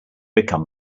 become